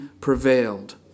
prevailed